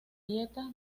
dieta